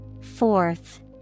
Fourth